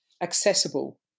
accessible